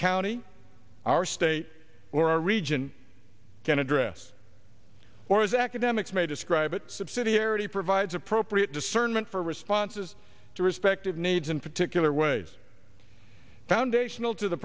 county our state where our region can address or as academics may describe it subsidiarity provides appropriate discernment for responses to respective needs and particular ways foundational to the